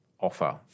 offer